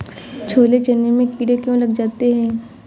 छोले चने में कीड़े क्यो लग जाते हैं?